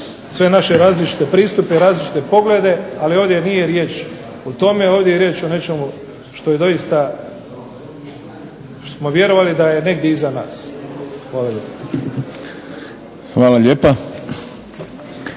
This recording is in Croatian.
sve naše različite pristupe i različite poglede, ali ovdje nije riječ o tome, ovdje je riječ o nečemu što doista smo vjerovali da je negdje iza nas. Hvala lijepo.